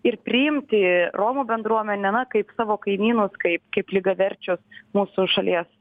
ir priimti romų bendruomenę na kaip savo kaimynus kaip kaip lygiaverčius mūsų šalies